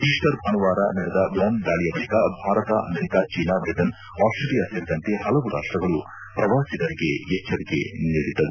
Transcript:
Easter ಭಾನುವಾರ ನಡೆದ bomb ದಾಳಿಯ ಬಳಿಕ Bharat America China Britain Australia ಸೇರಿದಂತೆ ಹಲವು ರಾಷ್ಟಗಳು ಪ್ರವಾಸಿಗರಿಗೆ ಎಚ್ಚರಿಕೆ ನೀಡಿದ್ದವು